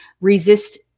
resist